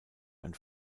ein